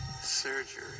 surgery